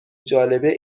جالبه